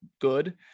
good